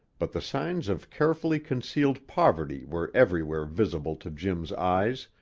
but the signs of carefully concealed poverty were everywhere visible to jim's eyes,